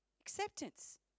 acceptance